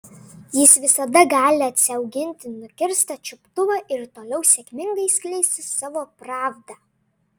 jis visada gali atsiauginti nukirstą čiuptuvą ir toliau sėkmingai skleisti savo pravdą